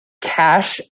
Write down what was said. cash